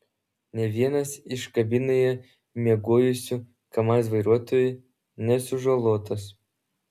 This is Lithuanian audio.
nė vienas iš kabinoje miegojusių kamaz vairuotojų nesužalotas